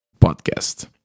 podcast